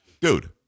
dude